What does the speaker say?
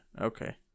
Okay